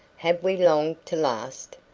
have we long to last?